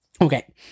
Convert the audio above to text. Okay